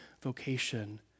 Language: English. vocation